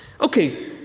Okay